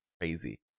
crazy